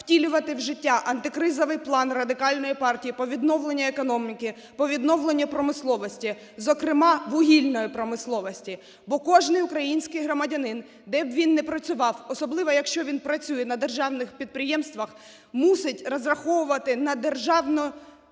втілювати в життя антикризовий план Радикальної партії по відновленню економіки, по відновленню промисловості, зокрема, вугільної промисловості. Бо кожний український громадянин, де б він не працював, особливо, якщо він працює на держаних підприємствах, мусить розраховувати на державну